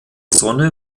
sonne